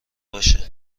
باشه